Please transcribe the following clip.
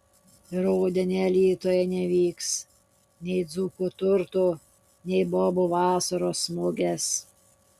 rudenį alytuje nevyks nei dzūkų turtų nei bobų vasaros mugės